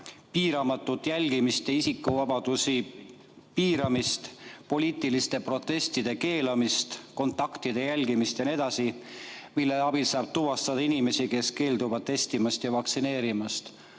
piiramatu jälgimine ja isikuvabaduste piiramine, poliitiliste protestide keelamine, kontaktide jälgimine, mille abil saab tuvastada inimesi, kes keelduvad testimast ja vaktsineerimast.